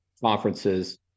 conferences